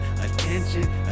attention